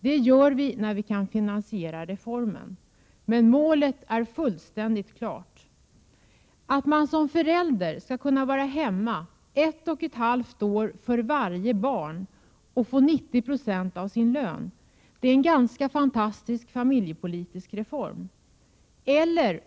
Det gör vi när vi kan finansiera reformen. Men målet är fullständigt klart. Att man som förälder skall kunna vara hemma ett och ett halvt år för varje barn och få 90 96 av sin lön är en ganska fantastisk familjepolitisk reform.